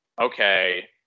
okay